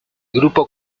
grupo